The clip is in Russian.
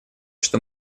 что